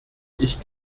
ich